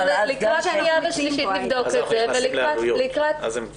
לקראת קריאה שנייה ושלישית נבדוק את זה --- אז אנחנו נכנסים לעלויות.